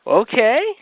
okay